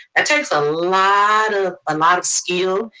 that takes a lot ah ah lot of skill.